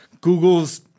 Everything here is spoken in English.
Google's